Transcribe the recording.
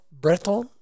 Breton